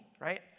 right